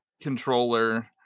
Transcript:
controller